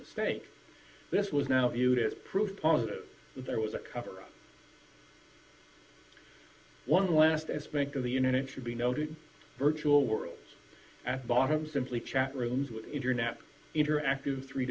mistake this was now viewed as proof positive that there was a cover up one last as bank of the internet should be noted virtual worlds at bottom simply chat rooms with internet interactive three